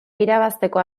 irabazteko